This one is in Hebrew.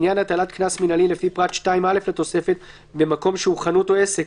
לעניין הטלת קנס מינהלי לפי פרט (2א) לתוספת במקום שהוא חנות או עסק